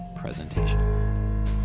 presentation